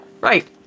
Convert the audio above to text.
Right